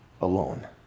alone